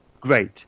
great